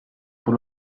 pour